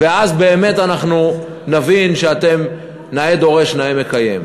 ואז באמת אנחנו נבין שאתם נאה דורש נאה מקיים.